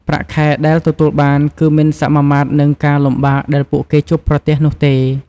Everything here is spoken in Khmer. ប្រាក់ខែដែលទទួលបាន គឺមិនសមាមាត្រនឹងការលំបាកដែលពួកគេជួបប្រទះនោះទេ។